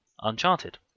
Uncharted